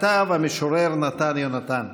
כתב המשורר נתן יונתן,